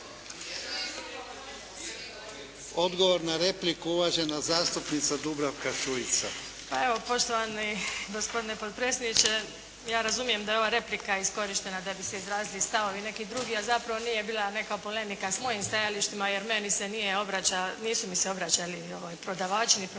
Odgovor na repliku uvažena zastupnica Dubravka Šuica. **Šuica, Dubravka (HDZ)** Poštovani gospodine potpredsjedniče. Ja razumijem da je ova replika iskorištena da bi se izrazili stavovi nekih drugih a zapravo nije bila neka polemika s mojim stajalištima jer meni se nije obraćao, nisu mi se obraćali prodavači ni prodavačice